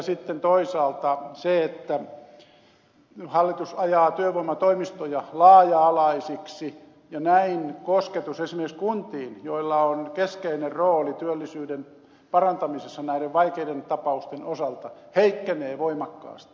sitten toisaalta hallitus ajaa työvoimatoimistoja laaja alaisiksi ja näin kosketus esimerkiksi kuntiin joilla on keskeinen rooli työllisyyden parantamisessa näiden vaikeiden tapausten osalta heikkenee voimakkaasti